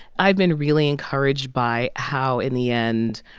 i've been really encouraged by how, in the end,